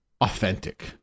authentic